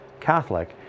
Catholic